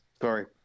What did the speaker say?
Sorry